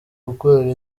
gukorana